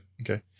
Okay